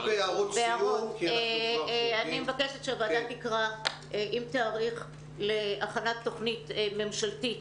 אני מבקשת שהוועדה תקרא עם תאריך להכנת תוכנית ממשלתית